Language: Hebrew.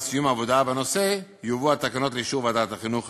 עם סיום העבודה בנושא יובאו התקנות לאישור ועדת החינוך,